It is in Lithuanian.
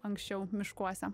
anksčiau miškuose